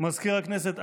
מזכיר הכנסת,